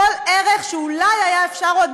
כל ערך שאולי היה אפשר עוד